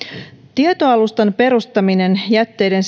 tietoalustan perustaminen jätteiden